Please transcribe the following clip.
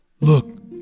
Look